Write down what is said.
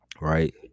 Right